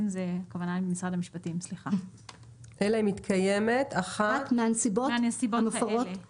"אלא אם מתקיימת אחת מהנסיבות המפורטות האלה".